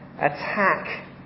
attack